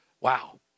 Wow